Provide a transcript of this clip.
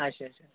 اچھا اچھا